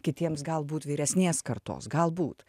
kitiems galbūt vyresnės kartos galbūt